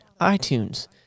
iTunes